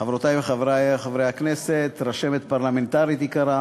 חברותי וחברי חברי הכנסת, רשמת פרלמנטרית יקרה,